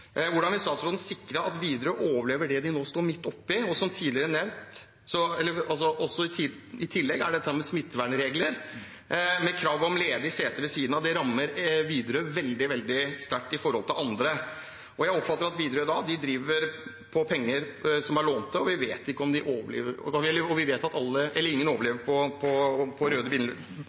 Hvordan vil statsråden sikre at Widerøe overlever det de nå står midt oppe i? I tillegg er det dette med smittevernregler, med krav om ledige seter ved siden av, og det rammer Widerøe veldig, veldig sterkt i forhold til andre. Jeg oppfatter at Widerøe da driver på penger som er lånt, og vi vet ikke om de overlever – vi vet at ingen overlever på røde bunnlinjer – så jeg spør: Kommer det en egen pakke tilpasset Widerøe, slik et annet selskap har fått? Og vil man se på